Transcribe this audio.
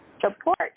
Support